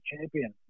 champion